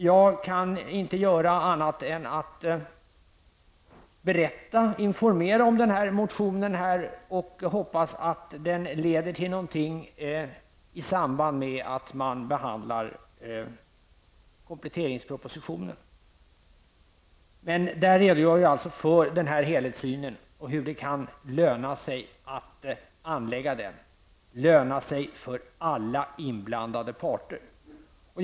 Jag kan här inte göra annat än att berätta och informera om denna motion, och jag hoppas att den leder till något i samband med behandlingen av kompletteringspropositionen. I denna motion redogör jag för helhetssynen och att det kan löna sig för alla inblandade parter att anlägga en sådan helhetssyn.